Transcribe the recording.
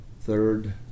third